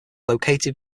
located